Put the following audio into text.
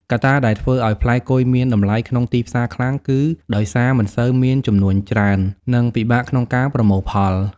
កត្តាដែលធ្វើឱ្យផ្លែគុយមានតម្លៃក្នុងទីផ្សារខ្លាំង គឺដោយសារមិនសូវ មានចំនួនច្រើន និងពិបាកក្នុងការប្រមូលផល។